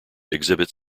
exhibit